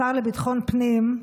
השר לביטחון פנים,